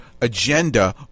agenda